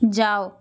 যাও